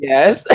Yes